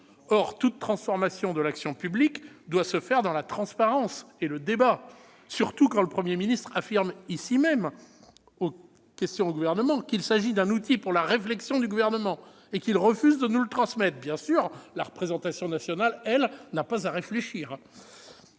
Or toute transformation de l'action publique doit se faire dans la transparence et le débat, surtout que le Premier ministre a affirmé, ici même, lors des questions d'actualité au Gouvernement, qu'il s'agissait d'un outil pour la réflexion du Gouvernement et qu'il a refusé de nous le transmettre. Bien sûr, la représentation nationale, elle, n'a pas à réfléchir